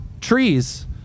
trees